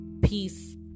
peace